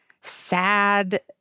sad